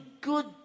good